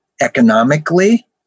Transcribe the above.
economically